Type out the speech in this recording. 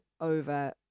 over